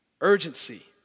Urgency